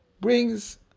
brings